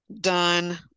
done